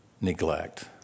neglect